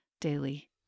daily